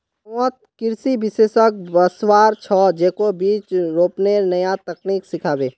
गांउत कृषि विशेषज्ञ वस्वार छ, जेको बीज रोपनेर नया तकनीक सिखाबे